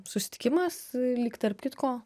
susitikimas lyg tarp kitko